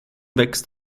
wächst